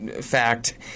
fact